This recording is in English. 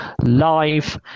live